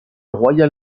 royal